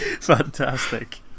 Fantastic